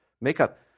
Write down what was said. makeup